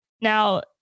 Now